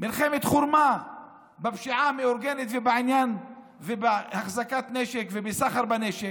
מלחמת חורמה בפשיעה המאורגנת ובהחזקת נשק ובסחר בנשק,